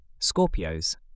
Scorpios